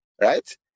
Right